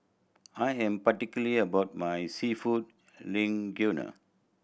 I am particular about my Seafood Linguine